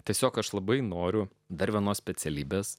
tiesiog aš labai noriu dar vienos specialybės